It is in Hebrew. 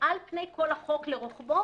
על פני כל החוק לרוחבו,